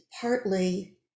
partly